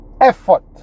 effort